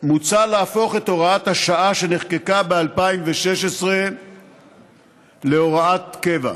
מוצע להפוך את הוראת השעה שנחקקה ב-2016 להוראת קבע,